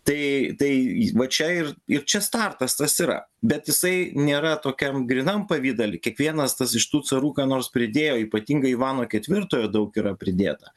tai tai va čia ir ir čia startas tas yra bet jisai nėra tokiam grynam pavidale kiekvienas tas iš tų carų ką nors pridėjo ypatingai ivano ketvirtojo daug yra pridėta